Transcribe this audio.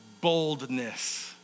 boldness